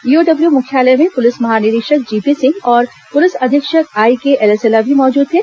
EOW मुख्यालय में पुलिस महानिरीक्षक जीपी सिंह और पुलिस अधीक्षक आईके एलेसेला भी मौजूद थे